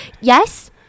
yes